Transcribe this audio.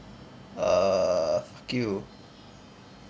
uh fuck you